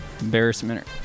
Embarrassment